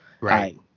right